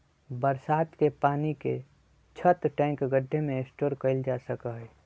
बरसात के पानी के छत, टैंक, गढ्ढे में स्टोर कइल जा सका हई